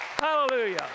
Hallelujah